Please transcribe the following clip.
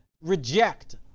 reject